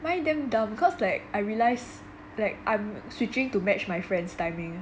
mine damn dumb because like I realize like I'm switching to match my friends' timing